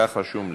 כך רשום לי.